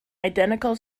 identical